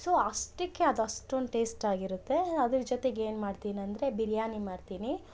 so ಅಷ್ಟಕ್ಕೇ ಅದು ಅಷ್ಟೋಂದ್ ಟೇಸ್ಟ್ ಆಗಿರುತ್ತೆ ಅದ್ರ ಜೊತೆಗೆ ಏನ್ಮಾಡ್ತೀನಿ ಅಂದರೆ ಬಿರಿಯಾನಿ ಮಾಡ್ತೀನಿ